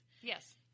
Yes